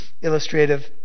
illustrative